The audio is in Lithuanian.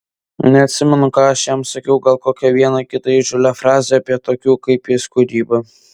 neatsimenu ką aš jam sakiau gal kokią vieną kitą įžūlią frazę apie tokių kaip jis kūrybą